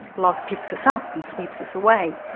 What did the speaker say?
love picks us up and sweeps us away.